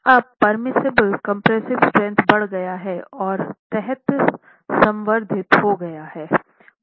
अब permissible compressive strength बढ़ गया है और तहत संवर्धित हो गया है